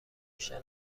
کشتن